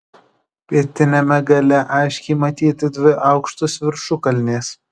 pietiniame gale aiškiai matyti dvi aukštos viršukalnės